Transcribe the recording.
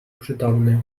przytomny